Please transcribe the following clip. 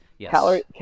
Calorie